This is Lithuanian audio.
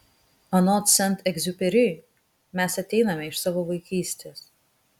anot sent egziuperi mes ateiname iš savo vaikystės